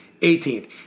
18th